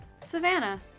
Savannah